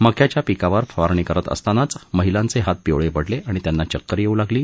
मक्याच्या पिकावर फवारणी करीत असताना महिलांचे हात पिवळे पडले आणि त्यांना चक्कर येऊ लागले